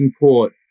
import